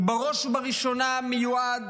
הוא בראש ובראשונה מיועד